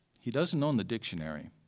he doesn't own the dictionary.